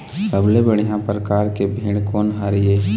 सबले बढ़िया परकार के भेड़ कोन हर ये?